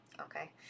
Okay